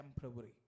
temporary